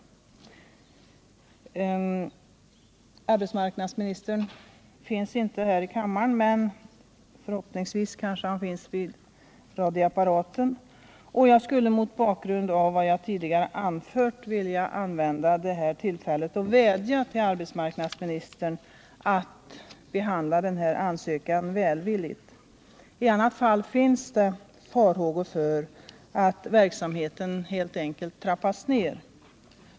rehabilitering Arbetsmarknadsministern finns inte i kammaren men förhoppningsvis — m.m. kanske vid sin radioapparat. Jag skulle mot bakgrund av vad jag tidigare anfört vilja använda detta tillfälle till att vädja till arbetsmarknadsministern att behandla denna ansökan välvilligt. Annars finns det risk för att verksamheten helt enkelt trappas ner.